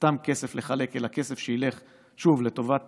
סתם כסף לחלק אלא כסף שילך שוב לטובת